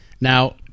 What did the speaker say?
Now